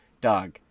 Dog